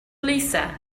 lisa